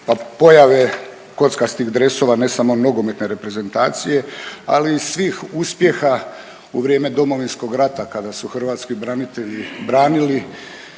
pa pojave kockastih dresova ne samo nogometne reprezentacije, ali i svih uspjeha u vrijeme Domovinskog rata kada su hrvatski branitelji branili